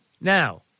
Now